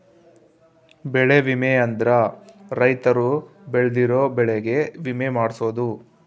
ಬೆಳೆ ವಿಮೆ ಅಂದ್ರ ರೈತರು ಬೆಳ್ದಿರೋ ಬೆಳೆ ಗೆ ವಿಮೆ ಮಾಡ್ಸೊದು